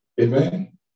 Amen